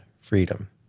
freedom